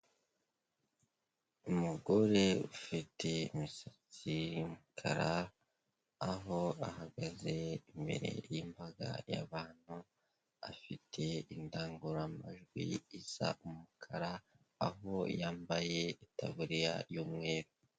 Umugore ufite imisatsi y'umukara, aho ahagaze imbere y'imbaga y'abantu, afite indangururamajwi isa umukara, aho yambaye itaburiya y'umweru.